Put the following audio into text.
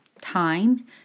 Time